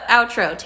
Outro